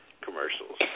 commercials